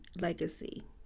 legacy